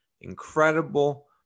incredible